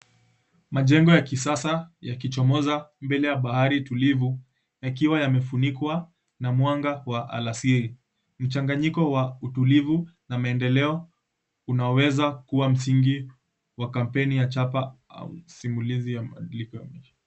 Majengo ya kisasa yakichomoza mbele ya bahari tulivu yakiwa yamefunikwa na mwanga wa alasiri. Mchanganyiko wa utulivu na maendeleo unaweza kuwa msingi wa kampeni ya chapa au simulizi ya mabadiliko ya maisha.